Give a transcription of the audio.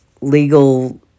legal